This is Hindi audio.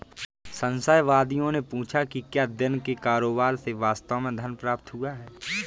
संशयवादियों ने पूछा कि क्या दिन के कारोबार से वास्तव में धन प्राप्त हुआ है